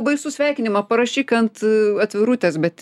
baisu sveikinimą parašyk ant atvirutės bet